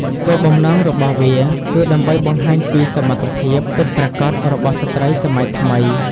គោលបំណងរបស់វាគឺដើម្បីបង្ហាញពីសមត្ថភាពពិតប្រាកដរបស់ស្ត្រីសម័យថ្មី។